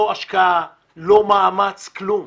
לא השקעה, לא מאמץ, לא כלום.